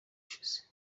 ushize